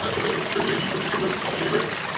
and although in australia you tend to deal with five-year risk.